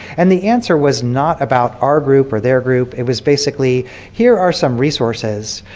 and the answer was not about our group or their group it was basically here are some resources.